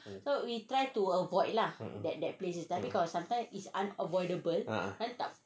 a'ah